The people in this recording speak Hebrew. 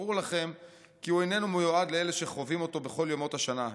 ברור לכם כי הוא איננו מיועד לאלה שחווים אותו בכל ימות השנה,